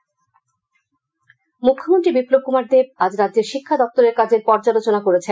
মুখ্যমন্ত্রী মুখ্যমন্ত্রী বিপ্লব কৃমার দেব আজ রাজ্যের শিক্ষা দপ্তরের কাজের পর্যালোচনা করেছেন